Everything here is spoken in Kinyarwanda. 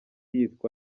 yitwa